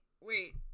wait